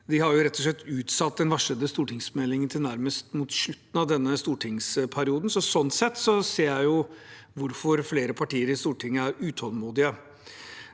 De har rett og slett utsatt den varslede stortingsmeldingen til nærmest mot slutten av denne stortingsperioden, så slik sett ser jeg hvorfor flere partier i Stortinget er utålmodige.